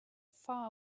far